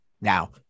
now